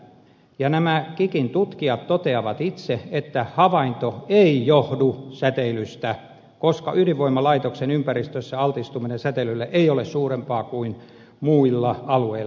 ja nämä kikkn tutkijat toteavat itse että havainto ei johdu säteilystä koska ydinvoimalaitoksen ympäristössä altistuminen säteilylle ei ole suurempaa kuin muilla alueilla